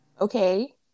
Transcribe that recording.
okay